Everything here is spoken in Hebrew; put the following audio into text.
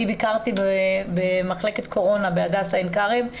אני ביקרתי במחלקת קורונה בהדסה עין כרם.